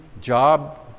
job